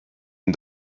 ihn